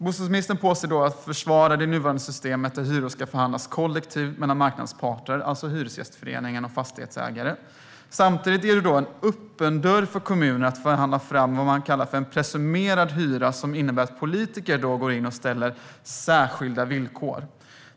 Han försvarar det nuvarande systemet, där hyror ska förhandlas kollektivt mellan marknadens parter, alltså hyresgästförening och fastighetsägare. Samtidigt är det en öppen dörr för kommunen att förhandla fram vad man kallar för en presumerad hyra, som innebär att politiker går in och ställer särskilda villkor.